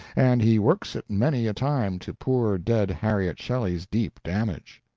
and he works it many a time to poor dead harriet shelley's deep damage.